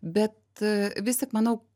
bet vis tik manau